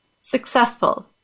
Successful